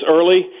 early